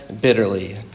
bitterly